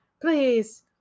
Please